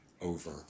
over